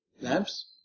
lamps